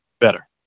better